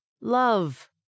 love